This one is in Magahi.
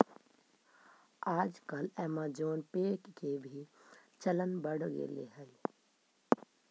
आजकल ऐमज़ान पे के भी चलन बढ़ गेले हइ